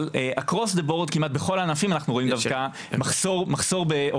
אבל כמעט בכל הענפים אנחנו רואים דווקא מחסור בעובדים,